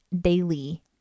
daily